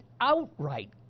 outright